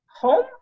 home